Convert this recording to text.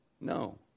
No